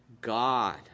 God